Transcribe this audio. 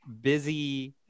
busy